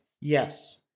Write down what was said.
Yes